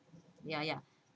ya ya